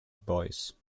boys